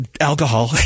Alcohol